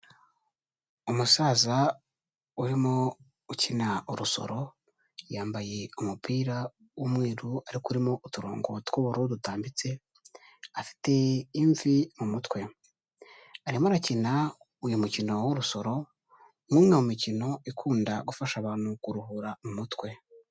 Umusaza urimo ukina urusoro, yambaye umupira w'umweru ariko urimo uturongo tw'ubururu dutambitse, afite imvi mu mutwe, arimo arakina uyu mukino w'urusoro nk'umwe mu mikino ikunda gufasha abantu kuruhura mu mutwe.